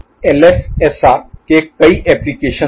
LFSR के कई applications हैं